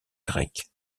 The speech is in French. grecque